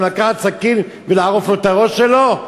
גם לקחת סכין ולערוף את הראש שלו?